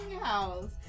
house